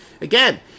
again